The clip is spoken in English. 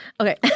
Okay